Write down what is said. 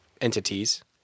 entities